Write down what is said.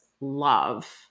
love